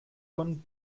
von